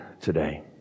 today